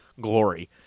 glory